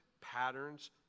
patterns